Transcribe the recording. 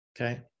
okay